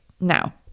Now